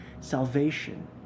salvation